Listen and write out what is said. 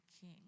king